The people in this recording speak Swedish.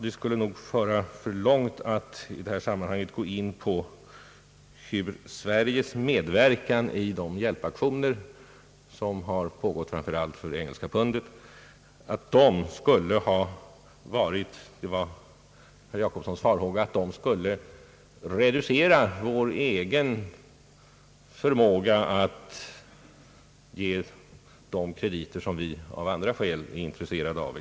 Det skulle nog föra för långt att i detta sammanhang gå in på frågan om Sveriges medverkan i de hjälpaktioner, som har pågått framför allt för att det engelska pundet skulle — såsom herr Jacobsson befarade — reducera vår egen förmåga att ge de krediter, exportkrediter och annat, som vi av andra skäl är intresserade av.